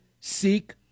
seek